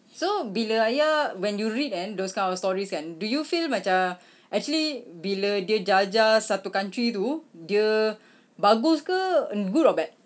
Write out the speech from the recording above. so bila ayah when you read kan those kind of stories kan do you feel macam actually bila dia jajah satu country tu dia bagus ke um good or bad